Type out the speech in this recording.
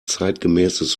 zeitgemäßes